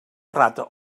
rata